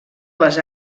les